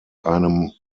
einem